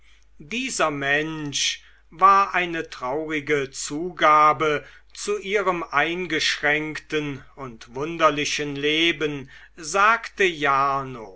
dieser mensch war eine traurige zugabe zu ihrem eingeschränkten und wunderlichen leben sagte jarno